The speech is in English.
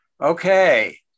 Okay